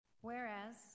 Whereas